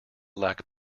lack